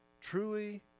Truly